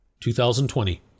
2020